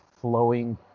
flowing